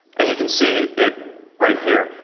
and you can see it right here.